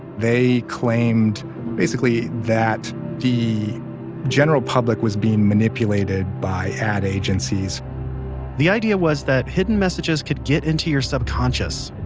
they claimed basically that the general public was being manipulated by ad agencies agencies the idea was that hidden messages could get into your subconscious.